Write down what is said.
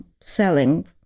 selling